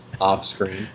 off-screen